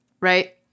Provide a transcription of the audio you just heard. right